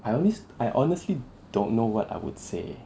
I always I honestly don't know what I would say